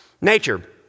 nature